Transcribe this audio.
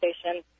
station